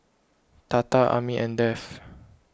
Tata Amit and Dev